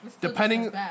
depending